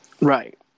Right